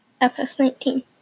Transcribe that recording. FS19